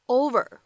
over